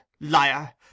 Liar